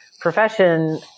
profession